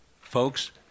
Folks